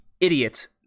idiot